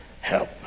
help